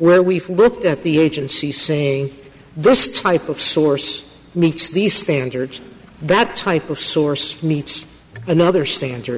where we've looked at the agency saying this type of source meets these standards that type of source meets another standard